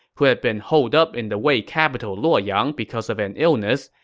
who had been holed up in the wei capital luoyang because of an illness,